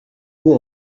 vous